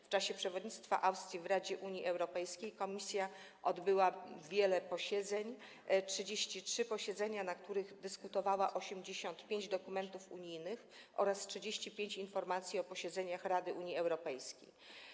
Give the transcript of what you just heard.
W czasie przewodnictwa Austrii w Radzie Unii Europejskiej komisja odbyła wiele posiedzeń, 33 posiedzenia, na których przedyskutowała 85 dokumentów unijnych oraz 35 informacji o posiedzeniach Rady Unii Europejskiej.